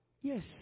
Yes